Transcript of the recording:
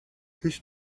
his